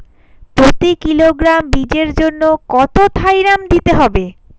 প্রতি কিলোগ্রাম বীজের জন্য কত থাইরাম দিতে হবে?